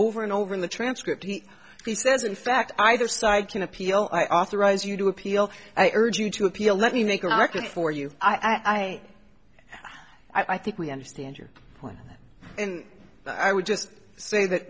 over and over in the transcript he says in fact either side can appeal i authorize you to appeal i urge you to appeal let me make an argument for you i i i think we understand your point and i would just say that